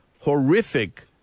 horrific